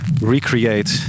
recreate